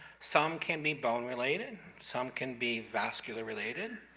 some can be bone related. some can be vascular related,